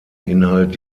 inhalt